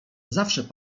zawsze